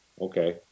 okay